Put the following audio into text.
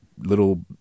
little